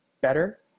better